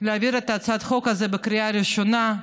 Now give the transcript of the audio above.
להעביר את הצעת החוק הזאת בקריאה ראשונה,